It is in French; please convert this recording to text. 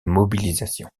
mobilisation